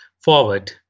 forward